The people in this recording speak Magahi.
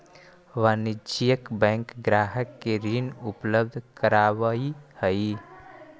वाणिज्यिक बैंक ग्राहक के ऋण उपलब्ध करावऽ हइ